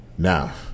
Now